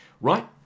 Right